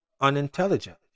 unintelligent